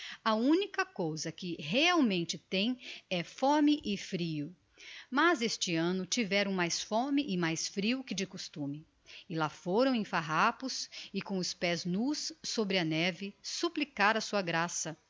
a unica cousa que realmente tem é fome e frio mas este anno tiveram mais fome e mais frio que de costume e lá foram em farrapos e com os pés nús sobre a neve supplicar a sua graça